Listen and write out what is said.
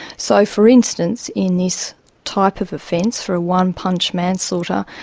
so, for instance, in this type of offence, for a one-punch manslaughter,